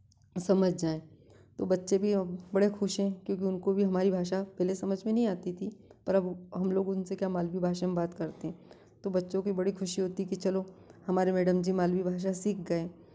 समझ जाएँ तो बच्चे भी अब बड़े खुश हैं क्योंकि उनको भी हमारी भाषा पहले समझ में नहीं आती थी पर अब हम लोग उनसे क्या मालवी भाषा में बात करते हैं तो बच्चों की बड़ी ख़ुशी होती है कि चलो हमारे मैडम जी मालवी भाषा सीख गए